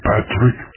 Patrick